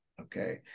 Okay